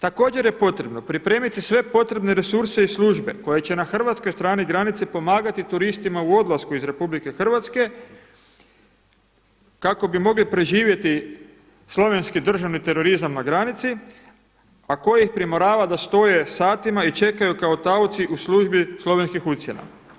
Također je potrebno pripremiti sve potrebne resurse i službe koje će na hrvatskoj strani granice pomagati turistima u odlasku iz RH kako bi mogli preživjeti slovenski državni terorizam na granici a koji ih primorava da stoje satima i čekaju kao taoci u službi slovenskih ucjena.